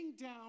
down